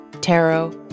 tarot